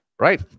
right